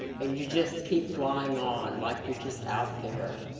and you just keep flying on, like you're just out there,